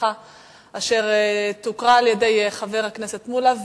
אשר תוקרא על-ידי חבר הכנסת מולה,